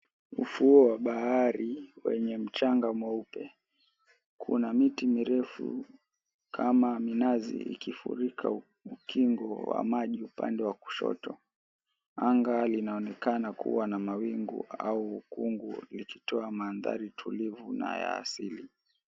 Ufuo wa bahari wenye mchanga mweupe. Kuna miti mirefu kama minazi, ikifurika ukingo wa maji upande wa kushoto. Anga linaonekana kuwa na mawingu au ukungu, likitoa mandhari tulivu na ya asili.